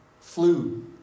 flu